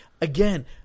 Again